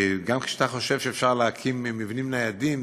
גם כשאתה חושב שאפשר להקים מבנים ניידים,